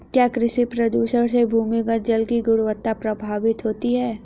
क्या कृषि प्रदूषण से भूमिगत जल की गुणवत्ता प्रभावित होती है?